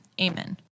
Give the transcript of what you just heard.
Amen